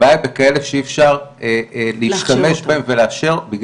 הבעיה היא בכאלה שאי אפשר להשתמש בהם ולאשר,